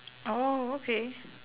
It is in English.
orh okay